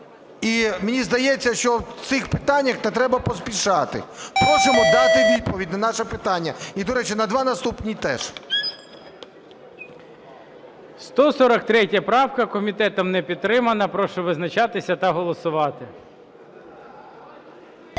І мені здається, що в цих питаннях не треба поспішати. Просимо дати відповідь на наше питання і, до речі, на два наступні теж. ГОЛОВУЮЧИЙ. 143 правка. Комітетом не підтримана. Прошу визначатися та голосувати.